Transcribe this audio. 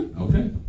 okay